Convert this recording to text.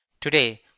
Today